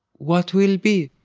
what will be.